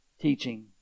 teaching